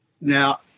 Now